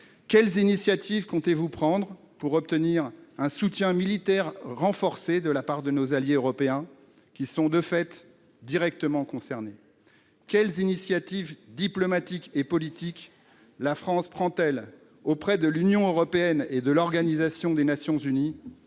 quelles initiatives comptez-vous prendre pour obtenir un soutien militaire renforcé de la part de nos alliés européens, qui sont, de fait, directement concernés ? Quelles initiatives diplomatiques et politiques, la France prend-elle auprès de l'Union européenne et de l'Organisation des Nations unies,